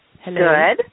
Hello